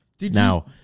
Now